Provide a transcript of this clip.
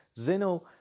Zeno